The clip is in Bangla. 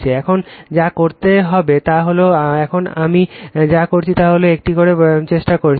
এখন যা করতে পারি তা হল এখন আমি যা করছি তা হল এটি তৈরি করার পরে চেষ্টা করছি